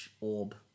orb